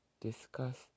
discuss